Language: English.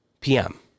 PM